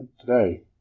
today